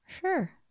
Sure